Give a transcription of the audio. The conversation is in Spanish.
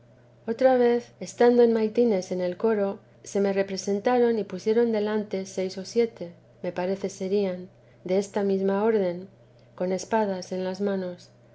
otra vez estando en maitines en el coro se me representaron y pusieron delante seis o siete me parece serían desta mesma orden con espadas en las manos